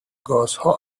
گازها